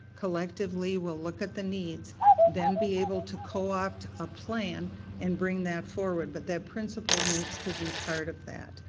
collectively we'll look at the needs. and then be able to co-opt a plan and bring that forward. but that principal needs to be part of that.